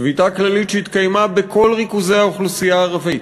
שביתה כללית שהתקיימה בכל ריכוזי האוכלוסייה הערבית,